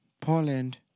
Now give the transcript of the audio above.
Poland